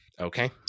okay